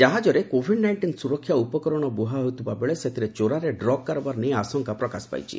କାହାଜରେ covid nineteen ସୁରକ୍ଷା ଉପକରଣ ବୁହା ହେଉଥିବା ବେଳେ ସେଥିରେ ଚୋରାରେ ଡ୍ରଗ୍ କାରବାର ନେଇ ଆଶଙ୍କା ପ୍ରକାଶ ପାଇଛି